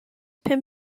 pum